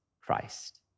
Christ